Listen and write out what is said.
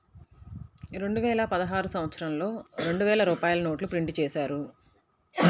రెండువేల పదహారు సంవత్సరంలో రెండు వేల రూపాయల నోట్లు ప్రింటు చేశారు